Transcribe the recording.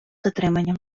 затримання